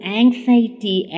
anxiety